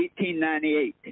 1898